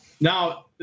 now